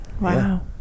Wow